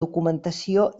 documentació